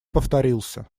повторился